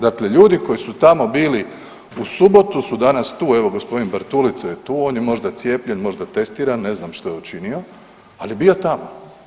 Dakle, ljudi koji su tamo bili u subotu su danas tu evo gospodin Bartulica je tu, on je možda cijepljen, možda testiran ne znam što je učinio, ali je bio tamo.